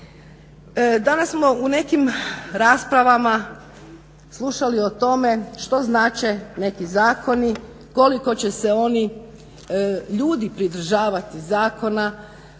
Danas smo u nekim raspravama slušali o tome što znače neki zakoni, koliko će se oni ljudi pridržavati zakona,